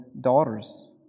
daughters